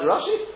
Rashi